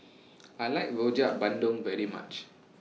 I like Rojak Bandung very much